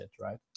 right